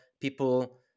people